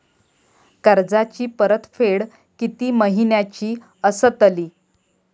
कर्जाची परतफेड कीती महिन्याची असतली?